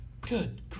Good